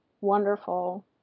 wonderful